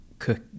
cook